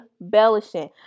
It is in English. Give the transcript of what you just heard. embellishing